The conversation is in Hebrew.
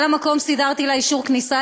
על המקום סידרתי לה אישור כניסה,